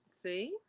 See